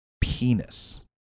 penis